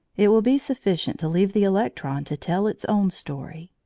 it will be sufficient to leave the electron to tell its own story.